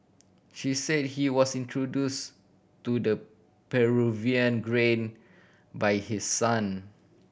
he said he was introduce to the Peruvian grain by his son